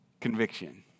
conviction